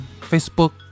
Facebook